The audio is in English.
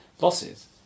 losses